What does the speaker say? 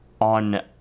on